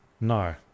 No